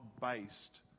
based